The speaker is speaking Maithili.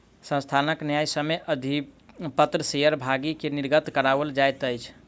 संस्थान न्यायसम्य अधिपत्र शेयर भागी के निर्गत कराओल जाइत अछि